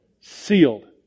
sealed